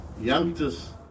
youngsters